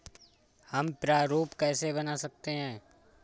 हम प्रारूप कैसे बना सकते हैं?